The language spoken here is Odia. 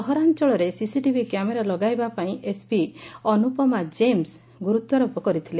ସହରାଞ୍ଚଳରେ ସିସିଟିଭି କ୍ୟାମେରା ଲଗାଇବାପାଇଁ ଏସ୍ପି ଅନୁପମା ଜେମ୍ସ୍ ଗୁରୁତ୍ୱାରୋପ କରିଥିଲେ